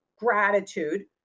Gratitude